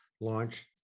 launched